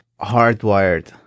hardwired